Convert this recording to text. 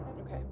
Okay